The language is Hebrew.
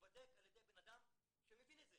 ייבדק על ידי בן אדם שמבין את זה,